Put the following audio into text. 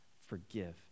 forgive